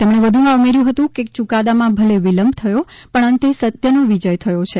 તેમણે વધુમાં ઉમેર્યું હતું કે યુકાદામાં ભલે વિલંબ થયો પણ અંતે સત્યનો વિજય થયો છે